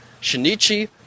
Shinichi